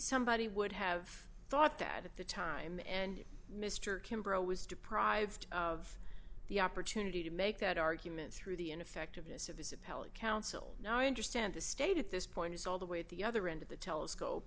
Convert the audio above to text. somebody would have thought that at the time and mr kimbrough was deprived of the opportunity to make that argument through the ineffectiveness of his appellate counsel now i understand the state at this point is all the way at the other end of the telescope